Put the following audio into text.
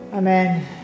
Amen